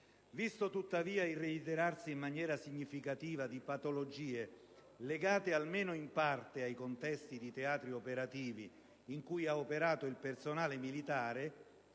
Visto, tuttavia, il reiterarsi, in misura significativa, di patologie, legate almeno in parte ai contesti dei teatri operativi in cui ha operato il personale militare,